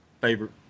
favorite